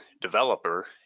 developer